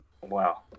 Wow